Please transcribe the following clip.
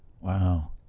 Wow